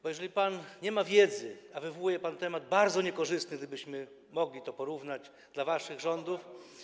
Bo jeżeli pan nie ma wiedzy, a wywołuje pan temat bardzo niekorzystny, gdybyśmy mogli to porównać, dla waszych rządów.